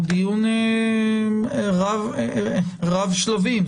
זה דיון רב שלבים.